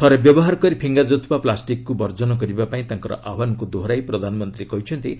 ଥରେ ବ୍ୟବହାର କରି ଫିଙ୍ଗାଯାଉଥିବା ପ୍ଲାଷ୍ଟିକ୍କୁ ବର୍ଜନ କରିବା ପାଇଁ ତାଙ୍କର ଆହ୍ୱାନକୁ ଦୋହରାଇ ପ୍ରଧାନମନ୍ତ୍ରୀ କହିଛନ୍ତି